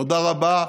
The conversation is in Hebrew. תודה רבה.